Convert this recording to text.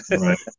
Right